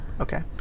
Okay